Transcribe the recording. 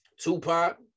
Tupac